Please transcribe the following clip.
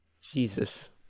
Jesus